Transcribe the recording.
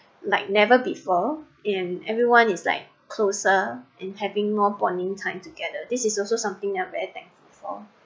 like never before and everyone is like closer and having more bonding time together this is also something I'm very thankful for